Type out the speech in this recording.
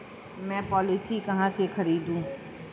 मैं पॉलिसी कहाँ से खरीदूं?